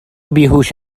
بیهوش